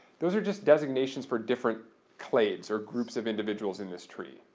those are just designations for different clades or groups of individuals in this tree.